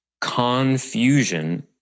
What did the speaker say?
Confusion